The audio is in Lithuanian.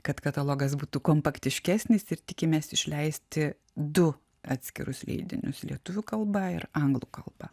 kad katalogas būtų kompaktiškesnis ir tikimės išleisti du atskirus leidinius lietuvių kalba ir anglų kalba